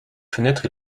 fenêtre